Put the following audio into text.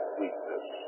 weakness